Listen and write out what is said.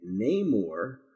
Namor